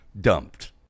dumped